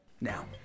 now